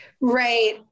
Right